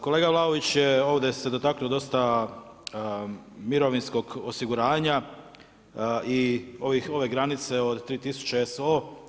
Kolega Vlaović je ovdje se dotaknuo dosta mirovinskog osiguranja i ove granice od 300 SO.